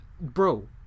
Bro